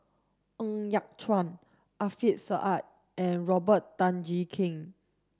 Ng Yat Chuan Alfian Sa'at and Robert Tan Jee Keng